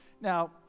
Now